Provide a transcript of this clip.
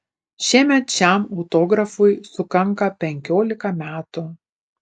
šiemet šiam autografui sukanka penkiolika metų